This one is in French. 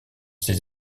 ses